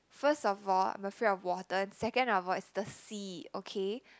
first of all I'm afraid of water and second of all it's the sea okay